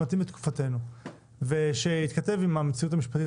שמתאים לתקופתנו ושייכתב עם המציאות המשפטית